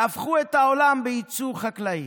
והפכו את העולם בייצור חקלאי.